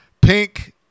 Pink